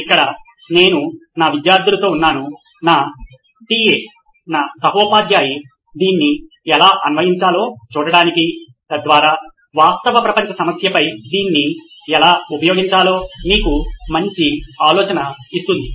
ఇక్కడ నేను నా విద్యార్థులతో ఉన్నాను నా TA నా సహోపాధ్యాయి దీన్ని ఎలా అన్వయించాలో చూడటానికి తద్వారా వాస్తవ ప్రపంచ సమస్యపై దీన్ని ఎలా ఉపయోగించాలో మీకు మంచి ఆలోచన ఇస్తుంది